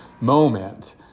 moment